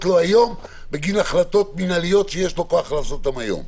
לו היום בגין החלטות מינהליות שיש לו כוח לעשות אותן היום?